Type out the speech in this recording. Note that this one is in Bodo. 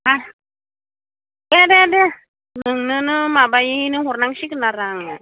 मा दे दे दे नोंनोनो माबायैनो हरनांसिगोन आरो आङो